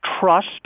trust